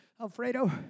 Alfredo